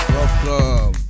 Welcome